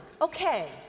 Okay